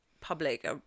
public